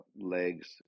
legs